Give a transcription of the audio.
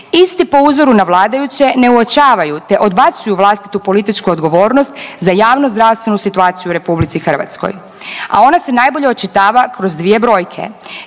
Isti po uzoru na vladajuće ne uočavaju te odbacuju vlastitu političku odgovornost za javnozdravstvenu situaciju u RH. A ona se najbolje očitava kroz dvije brojke.